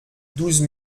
douze